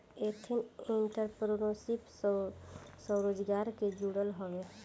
ethnic entrepreneurship स्वरोजगार से जुड़ल हवे